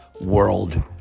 world